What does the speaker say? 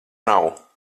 nav